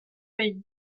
pays